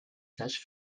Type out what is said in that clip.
sages